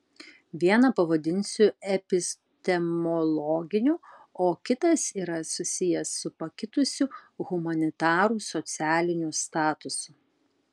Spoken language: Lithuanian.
vieną pavadinsiu epistemologiniu o kitas yra susijęs su pakitusiu humanitarų socialiniu statusu